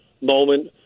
moment